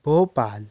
Bhopal